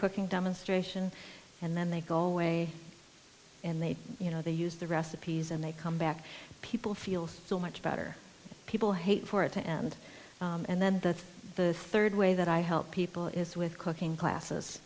cooking demonstration and then they go away and they you know they use the recipes and they come back people feel so much better people hate for it to end and then that's the third way that i help people is with cooking classes